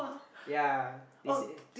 ya they say